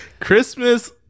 Christmas